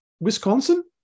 Wisconsin